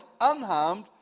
unharmed